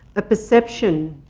a perception